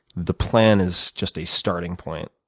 the plan is just a starting point.